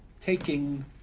taking